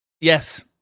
Yes